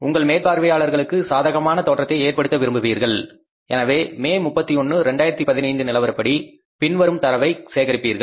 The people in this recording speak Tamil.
உங்கள் மேற்பார்வையாளர்களுக்கு சாதகமான தோற்றத்தை ஏற்படுத்த விரும்புகிறீர்கள் எனவே மே 31 2015 நிலவரப்படி பின்வரும் தரவைச் சேகரிப்பீர்கள்